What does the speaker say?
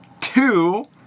two